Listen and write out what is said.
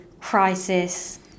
crisis